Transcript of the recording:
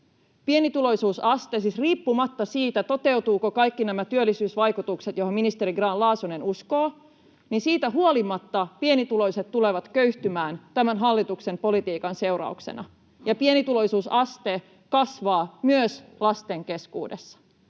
pienituloisuusaste siis riippumatta siitä, toteutuvatko kaikki nämä työllisyysvaikutukset, joihin ministeri Grahn-Laasonen uskoo. Niistä huolimatta pienituloiset tulevat köyhtymään tämän hallituksen politiikan seurauksena ja pienituloisuusaste kasvaa myös lasten keskuudessa.